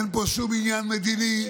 אין פה שום עניין מדיני,